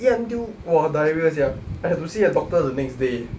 eat until !wah! diarrhoea sia I had to see a doctor the next day eh